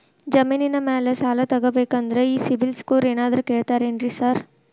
ಜಮೇನಿನ ಮ್ಯಾಲೆ ಸಾಲ ತಗಬೇಕಂದ್ರೆ ಈ ಸಿಬಿಲ್ ಸ್ಕೋರ್ ಏನಾದ್ರ ಕೇಳ್ತಾರ್ ಏನ್ರಿ ಸಾರ್?